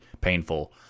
painful